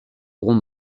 auront